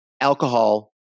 alcohol